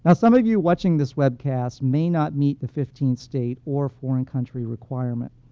ah some of you watching this webcast may not meet the fifteen state, or foreign country requirement.